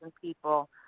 people